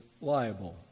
liable